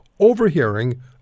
overhearing